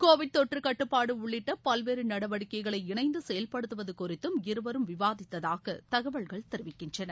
Covid தொற்று கட்டுப்பாடு உள்ளிட்ட பல்வேறு நடவடிக்கைகளை இணைந்து செயல்படுவது குறித்தும் இருவரும் விவாதித்ததாக தகவல்கள் தெரிவிக்கின்றன